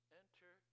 enter